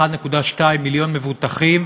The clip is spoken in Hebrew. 1.2 מיליון מבוטחים,